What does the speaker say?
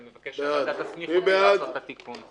אני מבקש שהוועדה תסמיך אותי לעשות את התיקון.